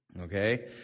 Okay